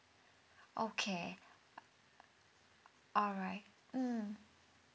okay alright mm